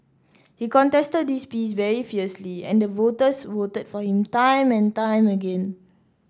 he contested this piece very fiercely and the voters voted for him time and time again